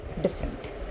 different